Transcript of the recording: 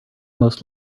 most